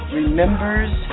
remembers